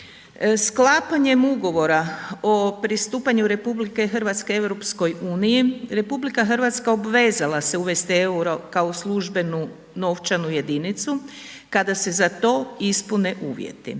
Sklapanjem ugovora o pristupanju RH EU, RH obvezala se uvesti euro kao službenu novčanu jedinicu kada se za to ispune uvjeti.